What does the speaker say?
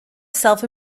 self